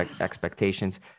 expectations